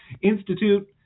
institute